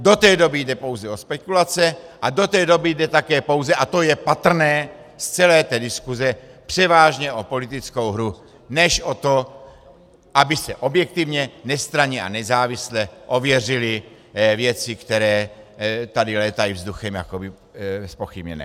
Do té doby jde pouze o spekulace a do té doby jde také pouze, a to je patrné z celé té diskuse, převážně o politickou hru než o to, aby se objektivně, nestranně a nezávisle ověřily věci, které tady létají vzduchem jakoby zpochybněné.